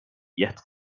yet